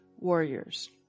warriors